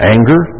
Anger